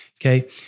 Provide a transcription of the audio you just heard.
Okay